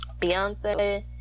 Beyonce